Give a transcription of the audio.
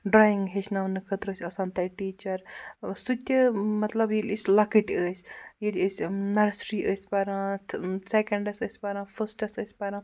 drawing ہیٚچھناونہٕ خٲطرٕ ٲسۍ آسان تَتہِ ٹیٖچَر سُہ تہِ مطلب ییٚلہِ أسۍ لۄکٕٹۍ ٲسۍ ییٚلہِ أسۍ نَرسری ٲسۍ پَران سٮ۪کنٛڈَس ٲسۍ پَران فٔسٹَس ٲسۍ پَران